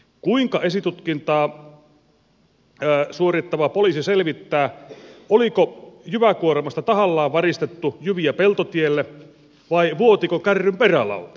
kuinka esitutkintaa suorittava poliisi selvittää oliko jyväkuormasta tahallaan varistettu jyviä peltotielle vai vuotiko kärryn perälauta